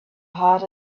hot